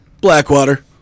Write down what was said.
Blackwater